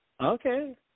Okay